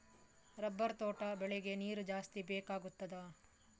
Rubber ತೋಟ ಬೆಳೆಗೆ ನೀರು ಜಾಸ್ತಿ ಬೇಕಾಗುತ್ತದಾ?